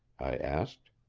i asked.